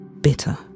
bitter